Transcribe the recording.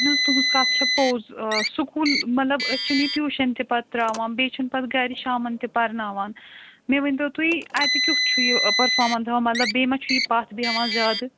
اَہَن حظ تُہٕنٛز کَتھ چھےٚ پوٚز آ سکوٗل مطلب أسۍ چھِ یہِ ٹیٛوٗشَن تہِ پَتہٕ ترٛاوان بیٚیہِ چھِ پَتہٕ گَرِ شامَن تہِ پَرناوان مےٚ ؤنۍتو تُہۍ اَتہِ کٮُ۪تھ چھُ یہِ پٔرفارمنٕس ہاوان مطلب بیٚیہِ ما چھُ یہِ پَتھ بیٚہوان زیادٕ